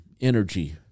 energy